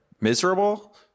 Miserable